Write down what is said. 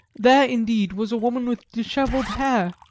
there, indeed, was a woman with dishevelled hair,